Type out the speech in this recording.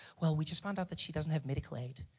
well, we just found out that she doesn't have medical aid.